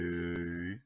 Hey